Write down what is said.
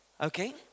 Okay